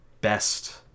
best